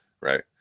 right